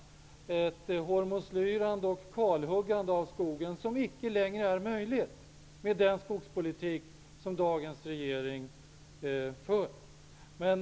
Jag tänker då på det, skulle jag vilja säga, hormoslyrande och det kalhuggande av skogen som icke längre är möjliga med den skogspolitik som dagens regering för.